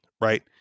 right